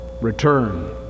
return